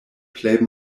plej